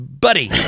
Buddy